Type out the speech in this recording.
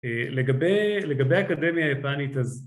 לגבי האקדמיה היפנית אז